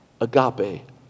agape